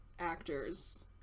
actors